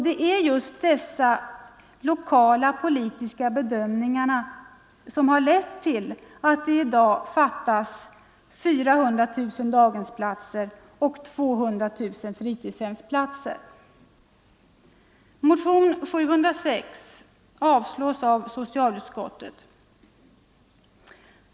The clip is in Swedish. Det är just dessa lokala politiska bedömningar som har lett till att det i dag fattas 400 000 daghemsplatser och 69 Motionen 706 avstyrks av socialutskottet.